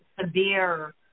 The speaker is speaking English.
severe